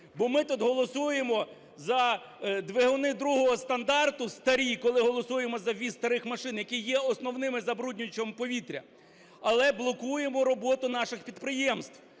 бо ми тут голосуємо за двигуни другого стандарту, старі, коли голосуємо за ввіз старих машин, які є основними забруднювачами повітря, але блокуємо роботу наших підприємств.